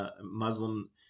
Muslim